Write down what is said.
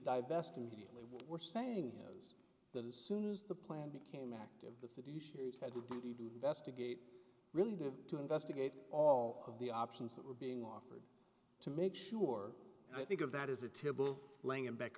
divest immediately what we're saying is that as soon as the plan became active the fiduciary is had a duty to investigate really to investigate all of the options that were being offered to make sure i think of that is a terrible la